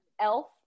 Elf